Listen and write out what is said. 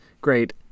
Great